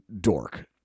Dork